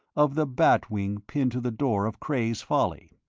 of the bat wing pinned to the door of cray's folly.